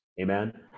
amen